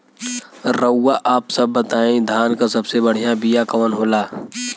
रउआ आप सब बताई धान क सबसे बढ़ियां बिया कवन होला?